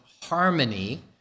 harmony